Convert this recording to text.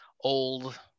old